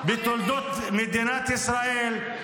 -- בתולדות מדינת ישראל.